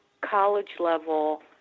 college-level